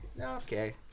Okay